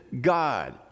God